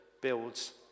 builds